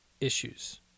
issues